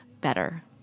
better